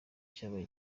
cyabaye